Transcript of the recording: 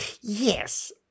Yes